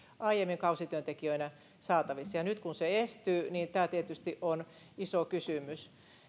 aiemmin kausityöntekijöinä saatavissa ja nyt kun se estyy niin tämä tietysti on iso kysymys